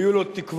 היו לו תקוות,